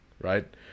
right